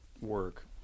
work